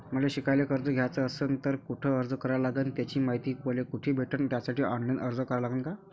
मले शिकायले कर्ज घ्याच असन तर कुठ अर्ज करा लागन त्याची मायती मले कुठी भेटन त्यासाठी ऑनलाईन अर्ज करा लागन का?